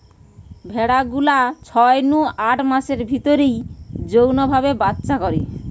ভেড়া গুলা ছয় নু আট মাসের ভিতরেই যৌন ভাবে বাচ্চা করে